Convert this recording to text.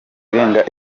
irenga